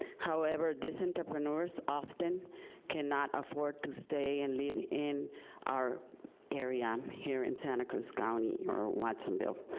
however, these entrepreneurs often cannot afford to stay and live in our area, here in santa cruz county or watsonville.